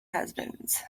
husbands